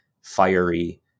fiery